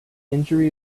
injury